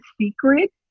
secret